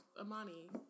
Amani